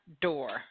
door